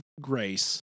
grace